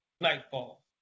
nightfall